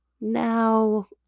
now